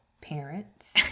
parents